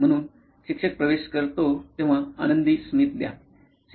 म्हणून शिक्षक प्रवेश करते तेव्हा आनंदी स्मित द्या